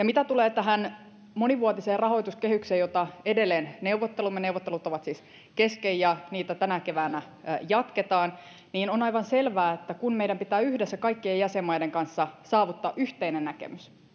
mitä tulee tähän monivuotiseen rahoituskehykseen josta edelleen neuvottelemme neuvottelut ovat siis kesken ja niitä tänä keväänä jatketaan niin on aivan selvää että kun meidän pitää yhdessä kaikkien jäsenmaiden kanssa saavuttaa yhteinen näkemys